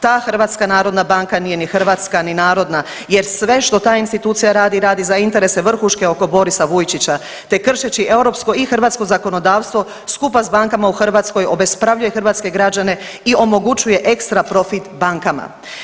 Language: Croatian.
Ta HNB nije ni hrvatska ni narodna jer sve što ta institucija radi, radi za interese vrhuške oko Borisa Vujčića te kršeći europsko i hrvatsko zakonodavstvo skupa s bankama u Hrvatskoj obespravljuje hrvatske građane i omogućuje ekstra profit bankama.